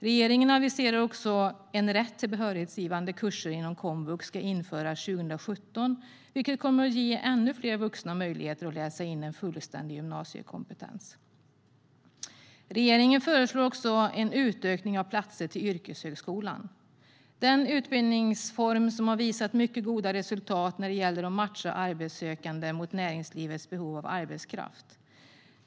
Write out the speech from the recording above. Regeringen aviserar också att en rätt till behörighetsgivande kurser inom komvux ska införas 2017, vilket kommer att ge ännu fler vuxna möjlighet att läsa in en fullständig gymnasiekompetens. Regeringen föreslår vidare en utökning av antalet platser i yrkeshögskolan, den utbildningsform som har visat mycket goda resultat när det gäller att matcha arbetssökande mot näringslivets behov av arbetskraft.